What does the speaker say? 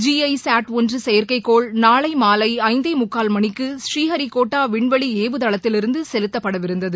ஜிசாட் ஒன்று செயற்கை கோள் நாளை மாலை ஐந்தே முக்கால் மணிக்கு ஸ்ரீஹரிகோட்டா விண்வெளி ஏவுதளத்திலிருந்து செலுத்தப்படவிருந்தது